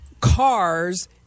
cars